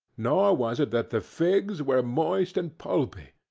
nor was it that the figs were moist and pulpy,